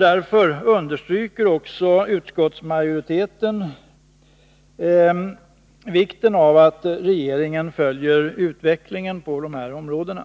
Därför understryker utskottsmajoriteten vikten av att regeringen följer utvecklingen på dessa områden.